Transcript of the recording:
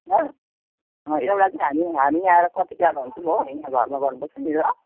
है ल अँ एउडा चाहिँ हामी हामी आएर कतिजना हुन्छौँ हो यहाँ घरमा गर्नुपर्छ नि ल